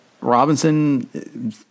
Robinson